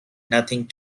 nothing